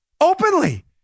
Openly